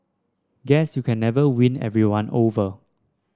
guess you can never win everyone over